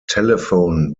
telephone